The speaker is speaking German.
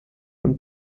und